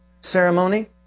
ceremony